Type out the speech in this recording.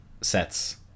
sets